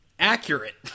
accurate